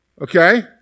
Okay